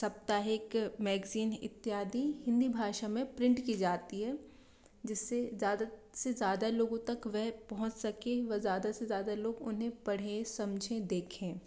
सप्ताहीक magazine इत्यादी हिंदी भाषा में प्रिंट की जाती है जिससे ज़्यादा से ज़्यादा लोगों तक वे पहुंच सके व ज़्यादा से ज़्यादा लोग उन्हें पढ़ें समझें देखें